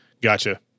Gotcha